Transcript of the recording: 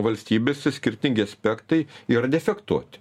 valstybėse skirtingi aspektai yra defektuoti